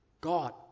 God